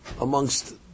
amongst